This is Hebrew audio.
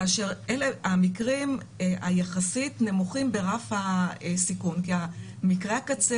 כאשר אלה המקרים היחסית נמוכים ברף הסיכון כי למקרה הקצה,